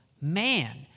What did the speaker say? man